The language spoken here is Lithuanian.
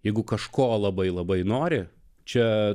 jeigu kažko labai labai nori čia